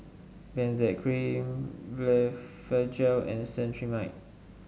Benzac Cream Blephagel and Cetrimide